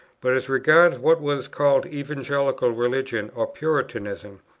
but as regarded what was called evangelical religion or puritanism,